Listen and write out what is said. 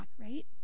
right